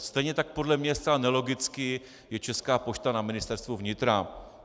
Stejně tak podle mě je zcela nelogicky Česká pošta na Ministerstvu vnitra.